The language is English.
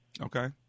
Okay